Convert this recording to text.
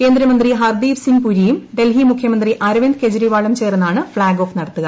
കേന്ദ്രമന്ത്രി ഹർദീപ്സിങ് പുരിയും ഡൽഹി മുഖ്യമന്ത്രി അരവിന്ദ്കെജ്രിവാളും ചേർന്നാണ് ഫ്ളാഗ് ഓഫ് നടത്തുക